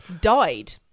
died